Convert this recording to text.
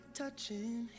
touching